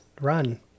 Run